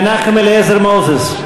מנחם אליעזר מוזס?